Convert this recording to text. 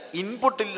input